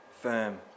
firm